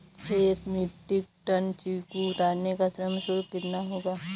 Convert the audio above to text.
एक metric ton चीकू उतारने का श्रम शुल्क कितना होगा?